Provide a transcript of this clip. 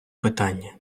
питання